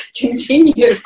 continue